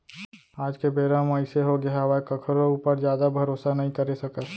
आज के बेरा म अइसे होगे हावय कखरो ऊपर जादा भरोसा नइ करे सकस